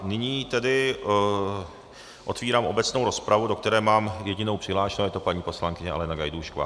Nyní tedy otevírám obecnou rozpravu, do které mám jedinou přihlášenou, a to je paní poslankyně Alena Gajdůšková.